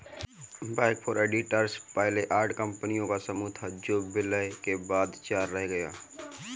big four auditors पहले आठ कंपनियों का समूह था जो विलय के बाद चार रह गया